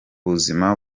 buzima